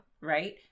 right